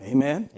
Amen